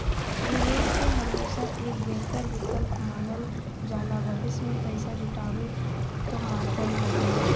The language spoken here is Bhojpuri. निवेश के हमेशा एक बेहतर विकल्प मानल जाला भविष्य में पैसा जुटावे क माध्यम हउवे